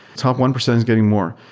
top one percent is getting more.